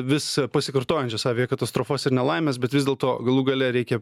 vis pasikartojančias aviakatastrofas ir nelaimes bet vis dėlto galų gale reikia